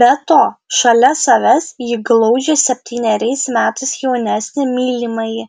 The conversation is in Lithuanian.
be to šalia savęs ji glaudžia septyneriais metais jaunesnį mylimąjį